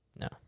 No